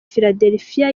philadelphia